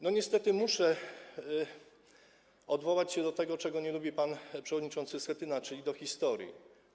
No, niestety muszę odwołać się do tego, czego nie lubi pan przewodniczący Schetyna, czyli do historii.